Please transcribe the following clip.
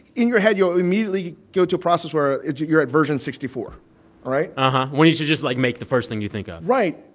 in your head, you'll immediately go to a process where it's you're at version sixty four, all right? and when you should just, like, make the first thing you think of right.